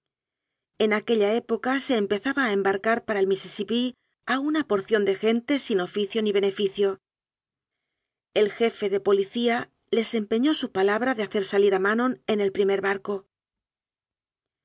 en aquella época se empezaba a embarcar para el misisipí a una por ción de gente sin oficio ni beneficio el jefe de po licía les empeñó su palabra de hacer salir a ma non en el primer barco